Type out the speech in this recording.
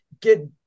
get